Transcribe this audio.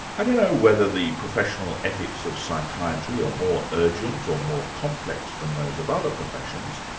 i don't know whether the professional ethics of psychiatry are more urgent or more complex than those of other professions,